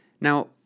Now